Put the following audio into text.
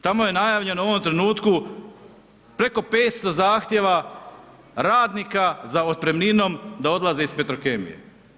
Tamo je najavljeno u ovom trenutku preko 500 zahtjeva radnika za otpremninom da odlaze iz Petrokemije.